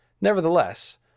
Nevertheless